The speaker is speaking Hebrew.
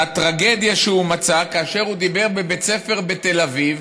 מספר על הטרגדיה שהוא מצא כאשר הוא דיבר בבית ספר בתל אביב,